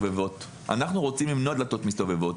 אנחנו רוצים למנוע דלתות מסתובבות.